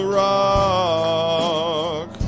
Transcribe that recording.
rock